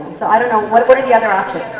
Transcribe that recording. so what are sort of the other options?